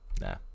Nah